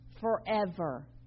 forever